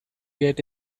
get